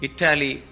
Italy